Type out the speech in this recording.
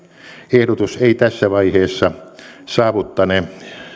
ehdotus ei tässä vaiheessa saavuttane